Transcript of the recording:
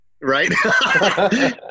right